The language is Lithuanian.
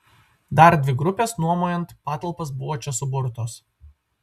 dar dvi grupės nuomojant patalpas buvo čia suburtos